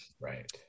Right